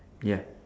ya